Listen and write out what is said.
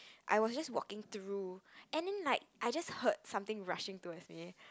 I was just walking through and then like I just heard something rushing towards me